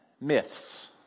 myths